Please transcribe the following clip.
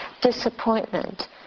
disappointment